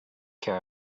care